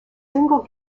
single